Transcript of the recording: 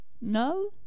no